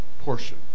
portion